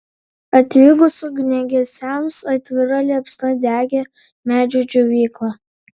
atvykus ugniagesiams atvira liepsna degė medžio džiovykla